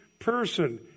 Person